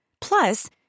Plus